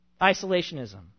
Isolationism